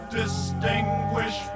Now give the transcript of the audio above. distinguish